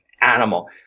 animal